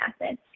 acid